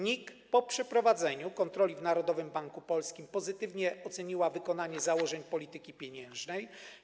NIK po przeprowadzeniu kontroli w Narodowym Banku Polskim pozytywnie oceniła wykonanie założeń polityki pieniężnej.